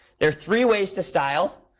there are three ways to style.